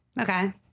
Okay